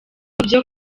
mubyo